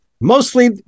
Mostly